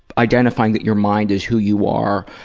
identifying that your mind is who you are.